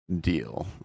deal